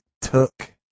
took